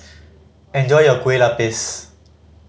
enjoy your kue lupis